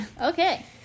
Okay